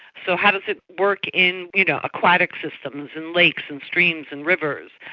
so how does it work in you know aquatic systems, in lakes and streams and rivers?